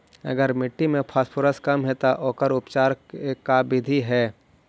अगर मट्टी में फास्फोरस कम है त ओकर उपचार के का बिधि है?